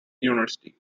university